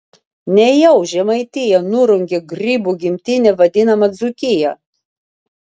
nejau žemaitija nurungė grybų gimtine vadinamą dzūkiją